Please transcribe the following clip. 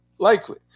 likely